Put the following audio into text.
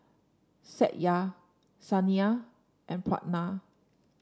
Satya Saina and Pranav